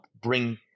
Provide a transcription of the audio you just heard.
bring